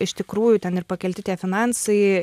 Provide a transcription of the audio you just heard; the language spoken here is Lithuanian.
iš tikrųjų ten ir pakelti tie finansai